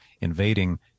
invading